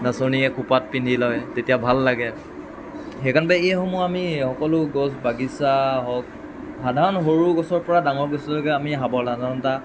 নাচনিয়ে খোপাত পিন্ধি লয় তেতিয়া ভাল লাগে সেইকণতে এইসমূহ আমি সকলো গছ বাগিচা হওক সাধাৰণ সৰু সৰু গছৰ পৰা ডাঙৰ গছলৈকে আমি সাৱধানতা